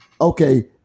Okay